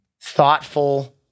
thoughtful